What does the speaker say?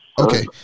okay